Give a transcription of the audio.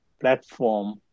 platform